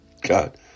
God